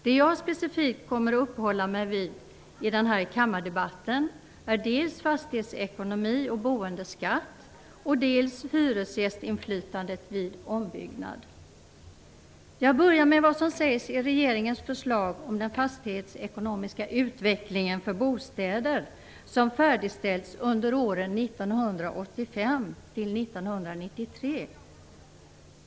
Det jag specifikt kommer att uppehålla mig vid i den här kammardebatten är dels fastighetsekonomi och boendeskatt, dels hyresgästinflytande vid ombyggnad. Jag börjar med vad som sägs i regeringens förslag om den fastighetsekonomiska utvecklingen för bostäder som färdigställts under åren 1985-1993.